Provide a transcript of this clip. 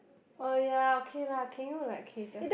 oh ya okay lah can you like K just